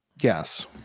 Yes